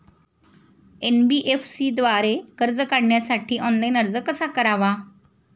NBFC द्वारे कर्ज काढण्यासाठी ऑनलाइन अर्ज कसा करावा?